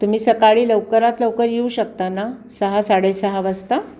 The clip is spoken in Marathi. तुम्ही सकाळी लवकरात लवकर येऊ शकता ना सहा साडेसहा वाजता